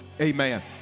amen